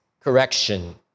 correction